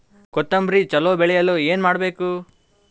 ಕೊತೊಂಬ್ರಿ ಚಲೋ ಬೆಳೆಯಲು ಏನ್ ಮಾಡ್ಬೇಕು?